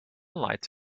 lights